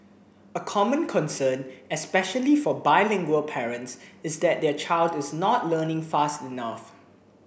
a common concern especially for bilingual parents is that their child is not learning fast enough